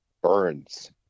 burns